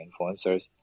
influencers